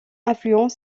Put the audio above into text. affluent